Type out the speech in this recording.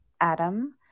Adam